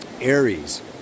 Aries